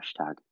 hashtag